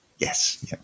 Yes